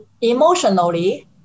emotionally